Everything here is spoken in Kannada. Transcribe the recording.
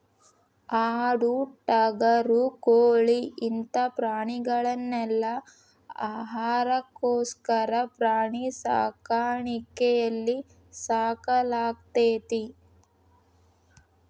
ಆಡು ಟಗರು ಕೋಳಿ ಇಂತ ಪ್ರಾಣಿಗಳನೆಲ್ಲ ಆಹಾರಕ್ಕೋಸ್ಕರ ಪ್ರಾಣಿ ಸಾಕಾಣಿಕೆಯಲ್ಲಿ ಸಾಕಲಾಗ್ತೇತಿ